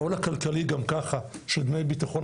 העול הכלכלי של דמי ביטחון,